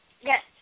yes